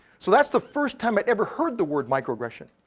so that's the first time i ever heard the word microaggression,